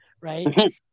right